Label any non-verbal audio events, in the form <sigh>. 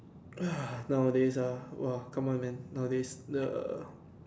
<noise> nowadays ah !woah! come on man nowadays the